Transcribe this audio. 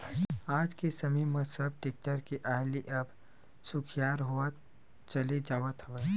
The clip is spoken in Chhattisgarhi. आज के समे म सब टेक्टर के आय ले अब सुखियार होवत चले जावत हवय